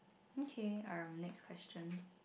okay (urm) next question